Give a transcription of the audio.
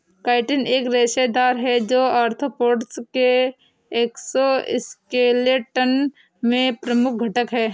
chitin एक रेशेदार है, जो आर्थ्रोपोड्स के एक्सोस्केलेटन में प्रमुख घटक है